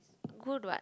good what